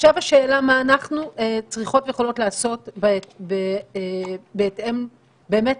עכשיו השאלה מה אנחנו צריכות ויכולות לעשות בהתאם באמת